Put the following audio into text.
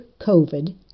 COVID